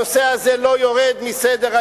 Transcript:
הנושא הזה לא יורד מסדר-היום,